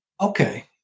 Okay